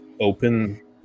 open